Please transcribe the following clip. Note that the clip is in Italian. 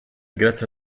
grazie